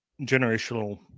generational